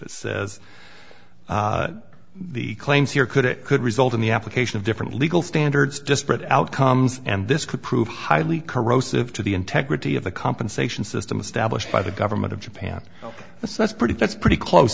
it says the claims here could it could result in the application of different legal standards disparate outcomes and this could prove highly corrosive to the integrity of the compensation system established by the government of japan ok so that's pretty that's pretty close